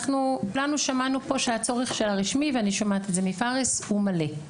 אנחנו כולנו שמענו פה שהצורך של הרשמי ואני שומעת את זה מפארס הוא מלא,